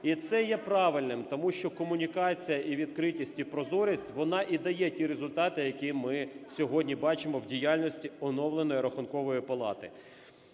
І це є правильним, тому що комунікація і відкритість, і прозорість, вона і дає ті результати, які ми сьогодні бачимо в діяльності оновленої Рахункової палати.